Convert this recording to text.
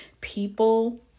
people